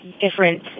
different